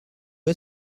est